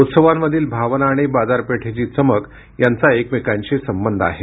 उत्सवांमधील भावना आणि बाजारपेठेची चमक यांचा एकमेकांशी संबंध आहे